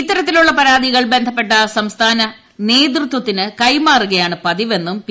ഇത്തരത്തിലുള്ള പരാതികൾ ബന്ധപ്പെട്ട സംസ്ഥാന നേതൃത്വത്തിന് കൈമാറുകയാണ് പതിവെന്നും പി